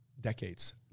decades